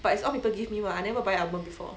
but it's all people give me [one] I never buy album before